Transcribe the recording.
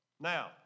Now